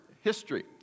history